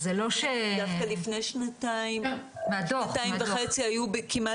דווקא לפני שנתיים וחצי היו,